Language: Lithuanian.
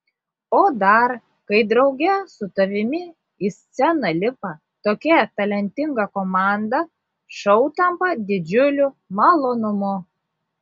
o dar kai drauge su tavimi į sceną lipa tokia talentinga komanda šou tampa didžiuliu malonumu